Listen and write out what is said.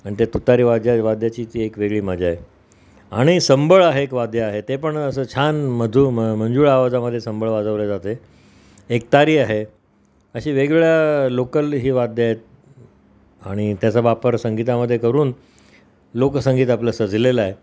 आणि त्या तुतारी वाद्या वाद्याची ती एक वेगळी मजा आहे आणि संबळ आहे एक वाद्य आहे ते पण असं छान मधू मंजूळ आवाजामध्ये संबळ वाजवले जाते एकतारी आहे अशी वेगवेगळ्या लोकल ही वाद्यं आहे आणि त्याचा वापर संगीतामधे करून लोकसंगीत आपलं सजलेलं आहे